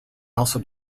also